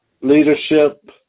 leadership